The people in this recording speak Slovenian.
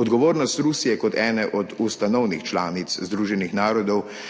Odgovornost Rusije kot ene od ustanovnih članic Združenih narodov